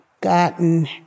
gotten